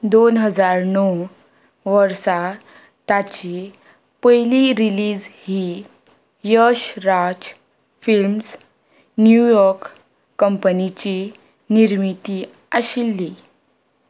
दोन हजार णव वर्सा ताची पयली रिलीज ही यशराज फिल्म्स न्यूयॉर्क कंपनीची निर्मिती आशिल्ली